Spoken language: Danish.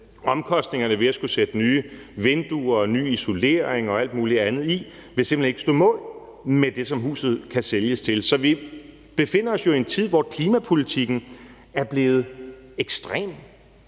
Omkostningerne ved at skulle sætte nye vinduer, ny isolering og alt mulig andet i vil simpelt hen ikke stå mål med det, som huset kan sælges til. Så vi befinder os jo i en tid, hvor klimapolitikken er blevet ekstrem